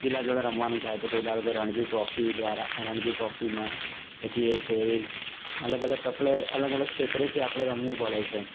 જિલ્લા જોડે રમવાનું થાય છે તો ધારો કે રણજી ટ્રોફી દ્વારા રણજી ટ્રોફીમાં પછી એ છે અલગ અલગ આપણે અલગ અલગ ક્ષેત્રેથી આપણે રમવું પડે છે